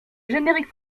générique